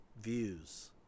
views